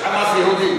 יש "חמאס" יהודי.